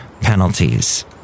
penalties